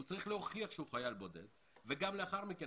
הוא צריך להוכיח שהוא חייל בודד וגם לאחר מכן,